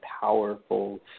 powerful